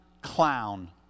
clown